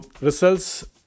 results